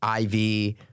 IV